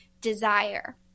desire